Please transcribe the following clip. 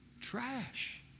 trash